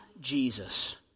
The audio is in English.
Jesus